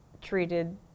treated